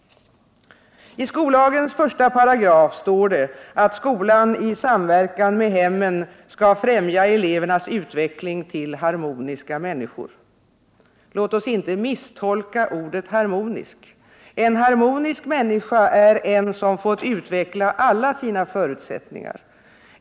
I skollagens första paragraf står det att skolan i samverkan med hemmen skall främja elevernas utveckling till harmoniska människor. Låt oss inte misstolka ordet harmonisk. En harmonisk människa är en som fått utveckla alla sina förutsättningar.